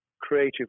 creative